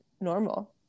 normal